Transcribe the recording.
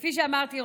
כפי שאמרתי,